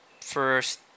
first